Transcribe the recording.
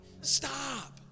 Stop